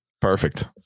Perfect